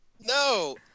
No